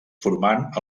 formant